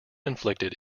inflicted